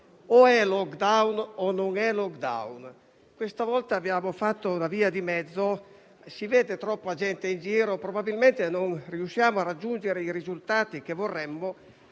o è *lockdown* o non è *lockdown*. Questa volta abbiamo fatto una via di mezzo: si vede troppa gente in giro, probabilmente non riusciamo a raggiungere i risultati che vorremmo.